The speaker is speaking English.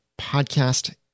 podcast